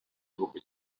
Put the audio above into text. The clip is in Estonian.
grupi